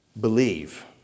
Believe